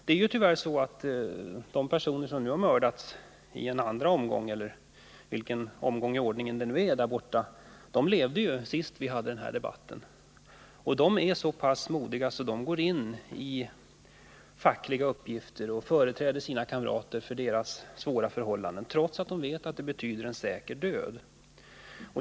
De personer som nu tyvärr har mördats i Guatemala i en andra omgång — eller vilken omgång i ordningen det är — levde när vi senast hade denna debatt. Dessa personer är så pass modiga att de går in i fackliga uppgifter och företräder sina kamrater och deras svåra förhållanden, trots att de vet att det betyder en säker död.